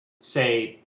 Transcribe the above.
say